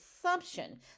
assumption